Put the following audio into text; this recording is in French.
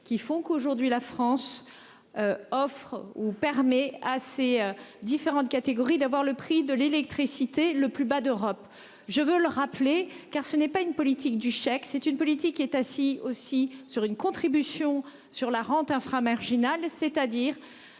qui font qu'aujourd'hui la France. Offre ou permet assez différentes catégories d'avoir le prix de l'électricité, le plus bas d'Europe. Je veux le rappeler, car ce n'est pas une politique du chèque c'est une politique qui est assis aussi sur une contribution sur la rente infra-marginal c'est-à-dire